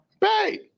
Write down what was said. hey